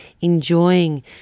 enjoying